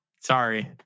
sorry